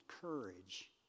courage